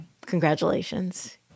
Congratulations